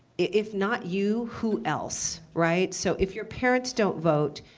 if not you, who else? right? so if your parents don't vote,